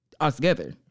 altogether